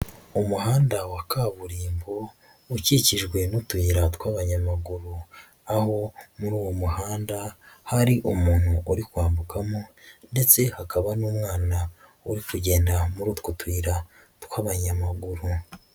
Umuhanda wa kaburimbo ukikijwe n'utuyira tw'abanyamaguru, aho muri uwo muhanda hari umuntu uri kwambukamo, ndetse hakaba n'umwana uri kugenda muri utwo tuyira tw'abanyamaguru.